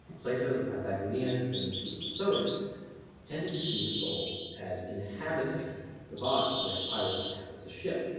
plato, the pythagoreans, and even the stoics tended to see the soul as inhabiting the body the way a pilot inhabits a ship.